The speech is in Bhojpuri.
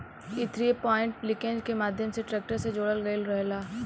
इ थ्री पॉइंट लिंकेज के माध्यम से ट्रेक्टर से जोड़ल गईल रहेला